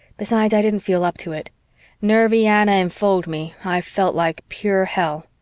besides, i didn't feel up to it nervy anna enfold me, i felt like pure hell.